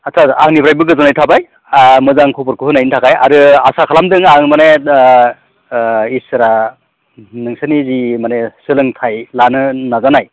आस्सा आंनिफ्रायबो गोजोननाय थाबाय मोजां खबरखौ होनायनि थाखाय आरो आसा खालामदों आं माने इसोरा नोंसोरनि जि माने सोलोंथाइ लानो नाजानाय